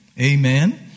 Amen